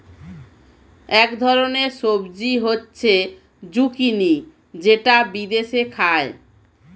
এক ধরনের সবজি হচ্ছে জুকিনি যেটা বিদেশে খায়